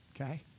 okay